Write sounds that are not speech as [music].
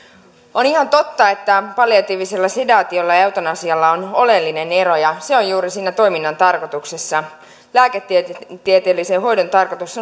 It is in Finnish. on ihan totta että palliatiivisella sedaatiolla ja eutanasialla on oleellinen ero ja se on juuri siinä toiminnan tarkoituksessa lääketieteellisen hoidon tarkoitus [unintelligible]